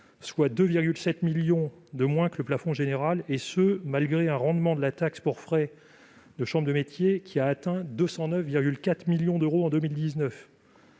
soit 2,7 millions de moins que le plafond général, et ce malgré un rendement de la taxe pour frais de chambre de métiers et de l'artisanat (TFCMA) de 209,4 millions d'euros en 2019.